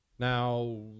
Now